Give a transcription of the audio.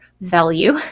value